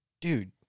dude